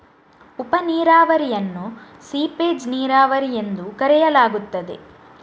ಉಪ ನೀರಾವರಿಯನ್ನು ಸೀಪೇಜ್ ನೀರಾವರಿ ಎಂದೂ ಕರೆಯಲಾಗುತ್ತದೆ